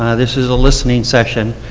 ah this is a listening session.